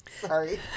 Sorry